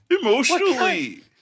emotionally